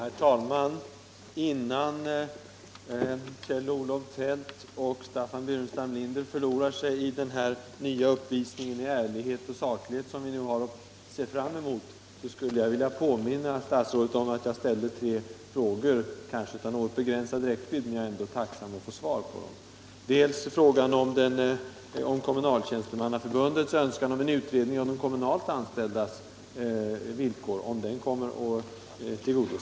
Herr talman! Innan Kjell-Olof Feldt och Staffan Burenstam Linder förlorar sig i den nya uppvisning i ärlighet och saklighet, som vi nu har att se fram emot, vill jag påminna herr statsrådet om att jag ställde tre frågor — kanske av något mer begränsad räckvidd - som jag är tacksam att få svar på. Den första var huruvida Kommunaltjänstemannaförbundets önskan om en utredning av de kommunalt anställdas villkor kommer att tillgodoses.